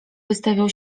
wystawiał